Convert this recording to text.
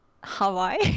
Hawaii